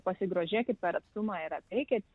pasigrožėkit per atstumą ir atpeikit